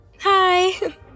Hi